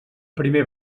primer